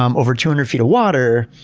um over two hundred feet of water,